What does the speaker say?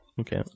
Okay